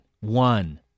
One